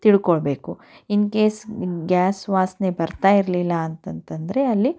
ತಿಳ್ಕೊಳ್ಬೇಕು in case gas ವಾಸನೆ ಬರ್ತಾ ಇರಲಿಲ್ಲ ಅಂತಂತಂದರೆ ಅಲ್ಲಿ